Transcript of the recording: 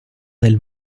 del